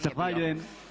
Zahvaljujem.